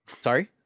sorry